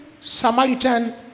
Samaritan